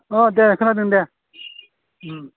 अ दे खोनादों दे